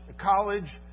college